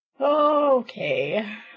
Okay